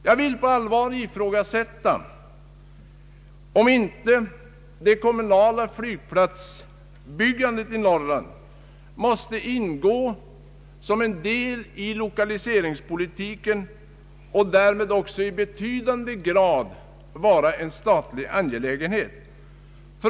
Jag vill på allvar ifrågasätta om inte det kommunala flygplatsbyggandet i Norrland måste ingå som en del i lokaliseringspolitiken och därmed också i betydande grad vara en statlig angelägenhet.